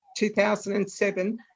2007